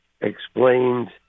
explains